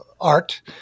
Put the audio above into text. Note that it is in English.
art